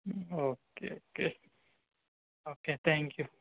okay okay okay thank you